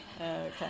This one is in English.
Okay